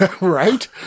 Right